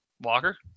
Walker